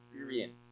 experience